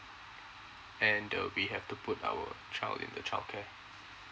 and uh we have to put our child with the childcare